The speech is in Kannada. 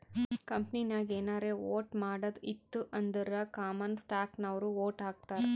ಕಂಪನಿನಾಗ್ ಏನಾರೇ ವೋಟ್ ಮಾಡದ್ ಇತ್ತು ಅಂದುರ್ ಕಾಮನ್ ಸ್ಟಾಕ್ನವ್ರು ವೋಟ್ ಹಾಕ್ತರ್